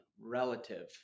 relative